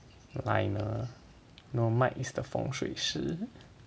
Lionel no Mike is the 风水师